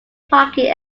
parking